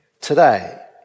today